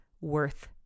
worth